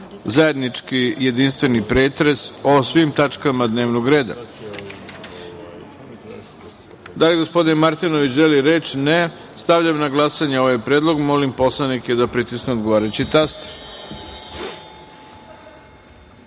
zajednički jedinstveni pretres o svim tačkama dnevnog reda. Da li gospodin Martinović želi reč? (Ne.)Stavljam na glasanje ovaj predlog. Molim poslanike da pritisnu odgovarajući